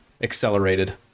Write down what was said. accelerated